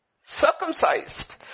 circumcised